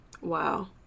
Wow